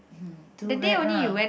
hmm too bad lah